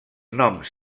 noms